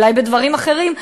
אולי בדברים אחרים.